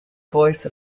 voice